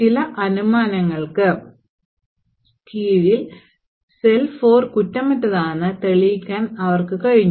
ചില അനുമാനങ്ങൾക്ക് കീഴിൽ സെൽ 4 കുറ്റമറ്റതാണെന്ന് തെളിയിക്കാൻ അവർക്ക് കഴിഞ്ഞു